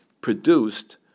produced